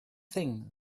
thing